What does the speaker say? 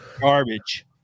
garbage